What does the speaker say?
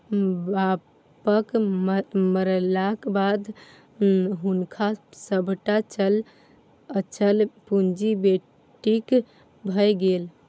बापक मरलाक बाद हुनक सभटा चल अचल पुंजी बेटीक भए गेल